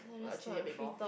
or actually a bit more